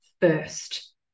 first